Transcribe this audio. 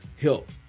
help